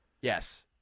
Yes